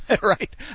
right